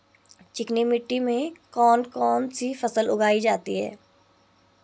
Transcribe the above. चिकनी मिट्टी में कौन कौन सी फसल उगाई जाती है?